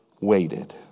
waited